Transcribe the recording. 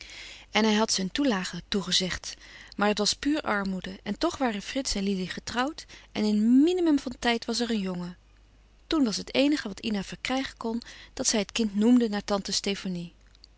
en hij had ze een toelage toegezegd maar het was puur armoede en toch waren frits en lili getrouwd en in minimum van tijd was er een jongen toen was het eenige wat ina verkrijgen kon dat zij het kind noemden naar tante stefanie